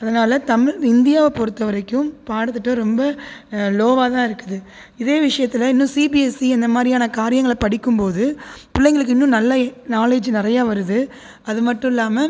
அதனால் தமிழ் இந்தியாவை பொறுத்த வரைக்கும் பாடதிட்டம் ரொம்ப லோவாதான்ருக்குது இதே விஷயத்தில் இன்னு சிபிஎஸ்சி அந்த மாதிரியான காரியங்களை படிக்கும் போது பிள்ளங்களுக்கு இன்னும் நல்லா நாலெட்ஜ் நிறயா வருது அது மட்டுயில்லாமல்